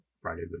Friday